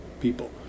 people